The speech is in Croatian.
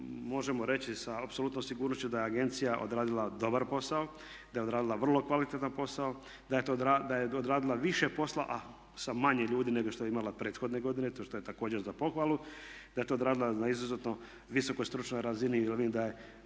možemo reći sa apsolutnom sigurnošću da je agencija odradila dobar posao, da je odradila vrlo kvalitetan posao, da je odradila više posla, a sa manje ljudi nego što je imala prethodne godine. To je također za pohvalu. To je odradila na izuzetno visokoj stručnoj razini jer